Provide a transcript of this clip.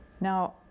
Now